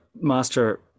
Master